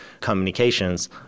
communications